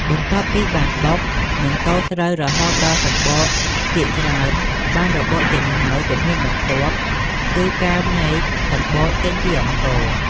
បន្ទាប់ពីបានបុក និងកូរស្រូវរហូតដល់សម្បកភាគច្រើនបានរបកចេញហើយ ជំហានបន្ទាប់ទៀតគឺការញែកសម្បកចេញពីអង្ករ។